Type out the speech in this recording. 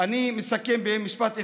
אני מסכם במשפט אחד.